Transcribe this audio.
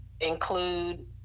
include